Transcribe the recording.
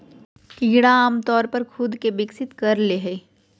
कीड़ा आमतौर पर खुद के विकसित कर ले हइ